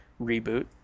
reboot